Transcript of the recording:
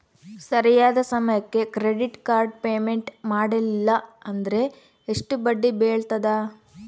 ಸರಿಯಾದ ಸಮಯಕ್ಕೆ credit card payment ಮಾಡಲಿಲ್ಲ ಅಂದ್ರೆ ಎಷ್ಟು ಬಡ್ಡಿ ಬೇಳ್ತದ?